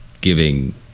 giving